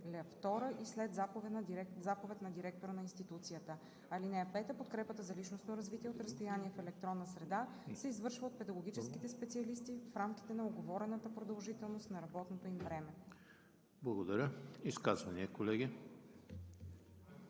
ал. 2 и след заповед на директора на институцията. (5) Подкрепата за личностно развитие от разстояние в електронна среда се извършва от педагогическите специалисти в рамките на уговорената продължителност на работното им време.“ ПРЕДСЕДАТЕЛ